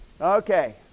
okay